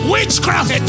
Witchcraft